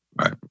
Right